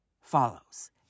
follows